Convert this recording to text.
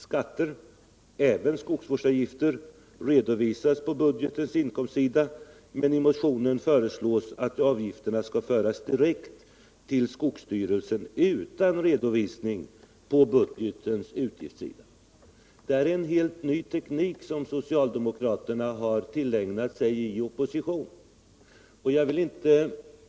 Skatter - även skogsvårdsavgifter — redovisas på budgetens inkomstsida, men i motionen föreslås att avgifterna skall föras direkt till skogsstyrelsen utan redovisning på budgetens utgiftssida. Detta är en helt ny teknik som socialdemokraterna har tillägnat sig i oppositionsställning.